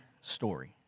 story